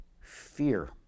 fear